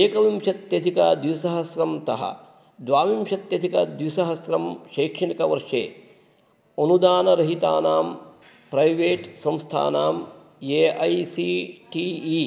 एकविंशत्यधिकद्विसहस्रं तः द्वाविंशत्यधिकद्विसहस्रं शैक्षणिकवर्षे अनुदानरहितानां प्रैवेट् संस्थानां A I C T E